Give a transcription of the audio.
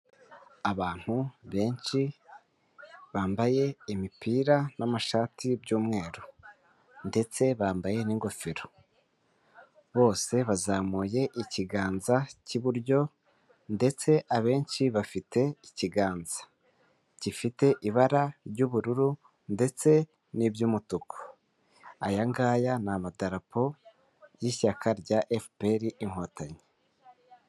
Abantu benshi bambaye imipira n'amashati by'umweru ndetse bambaye n'ingofero, bose bazamuye ikiganza cy'iburyo ndetse abenshi bafite ikiganza gifite ibara ry'ubururu ndetse n'iry'umutuku. Aya ngaya ni amadapo y'ishyaka rya FPR Inkotanyi.